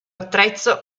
attrezzo